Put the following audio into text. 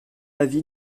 avis